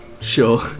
sure